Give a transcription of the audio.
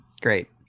Great